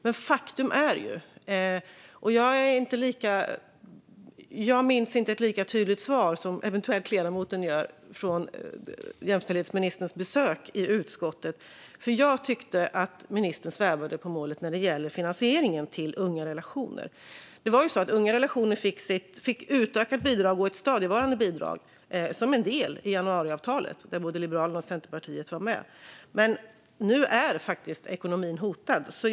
Men faktum är att jag inte minns ett lika tydligt svar från jämställdhetsministern vid besöket i utskottet som ledamoten eventuellt gör. Jag tyckte att ministern svävade på målet när det gällde finansieringen till Ungarelationer.se. De fick ett utökat och stadigvarande bidrag som en del i januariavtalet, där både Liberalerna och Centerpartiet var med, men nu är deras ekonomi faktiskt hotad.